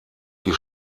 die